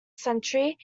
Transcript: century